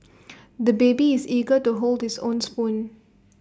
the baby is eager to hold his own spoon